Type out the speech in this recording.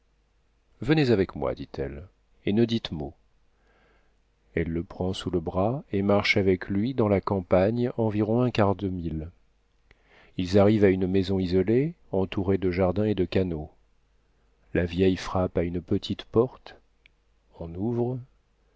venez avec moi dit-elle et ne dites mot elle le prend sous le bras et marche avec lui dans la campagne environ un quart de mille ils arrivent à une maison isolée entourée de jardins et de canaux la vieille frappe à une petite porte on ouvre